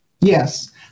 Yes